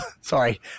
sorry